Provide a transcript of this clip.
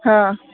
હા